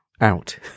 out